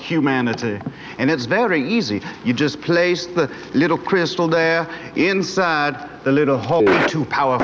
humanity and it's very easy you just placed the little crystal there inside a little hole to power